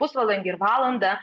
pusvalandį ir valandą